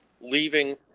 leaving